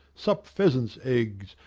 sup pheasants' eggs,